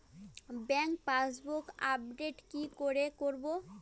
Bank passbook update কি করে করবো?